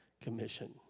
commission